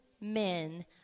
men